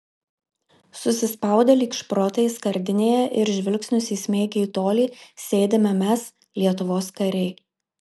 susispaudę lyg šprotai skardinėje ir žvilgsnius įsmeigę į tolį sėdime mes lietuvos kariai